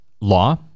law